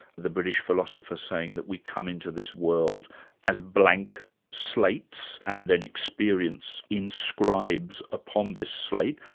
the british philosopher saying that we come into this world as blank slates and then experience inscribes upon this slate.